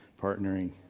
partnering